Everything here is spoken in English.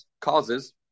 causes